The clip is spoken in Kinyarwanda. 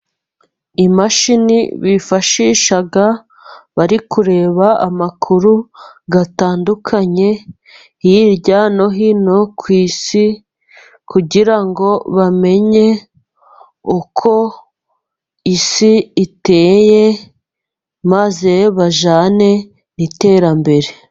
Imashini bifashisha bari kureba amakuru atandukanye hirya no hino ku isi, kugira ngo bamenye uko isi iteye maze bajyane n'iterambere.